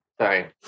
Sorry